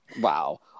Wow